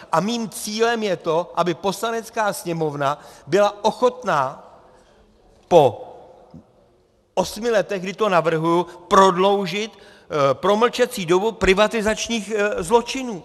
A mým cílem je to, aby Poslanecká sněmovna byla ochotna po osmi letech, kdy to navrhuji, prodloužit promlčecí dobu privatizačních zločinů.